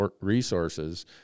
resources